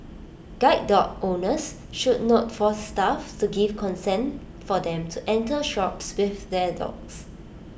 guide dog owners should not force staff to give consent for them to enter shops with their dogs